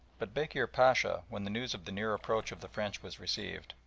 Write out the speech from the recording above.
but bekir pacha, when the news of the near approach of the french was received,